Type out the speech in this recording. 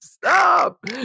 stop